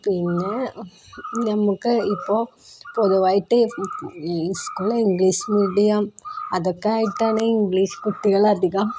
പിന്നെ നമുക്കിപ്പോള് പൊതുവായിട്ട് സ്കൂള് ഇംഗ്ലീഷ് മീഡിയം അതൊക്കെയായിട്ടാണ് ഇംഗ്ലീഷ് കുട്ടികളധികം